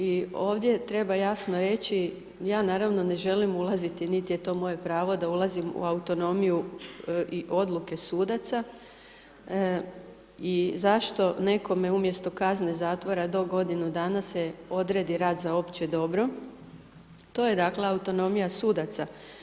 I ovdje treba jasno reći, ja naravno ne želim ulaziti niti je to moje pravo da ulazim u autonomiju i odluke sudaca i zašto nekome umjesto kazne zatvora do godinu dana se odredi rad za opće dobro, to je dakle autonomija sudaca.